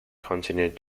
continued